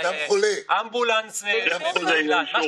ענפים שהם feminized בתעסוקה,